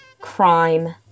crime